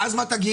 ואז מה תגיד?